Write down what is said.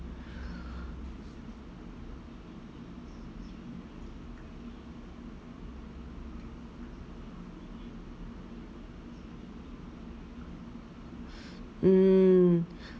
hmm